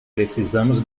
precisamos